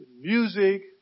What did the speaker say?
music